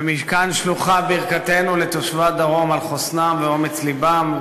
ומכאן שלוחה ברכתנו לתושבי הדרום על חוסנם ואומץ לבם.